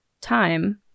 time